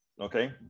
okay